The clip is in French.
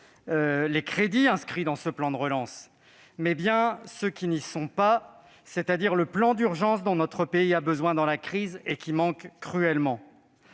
les crédits inscrits dans ce plan de relance que ceux qui n'y sont pas, c'est-à-dire le plan d'urgence dont notre pays a besoin dans la crise et qui manque cruellement.